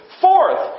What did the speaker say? Fourth